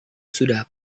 sudah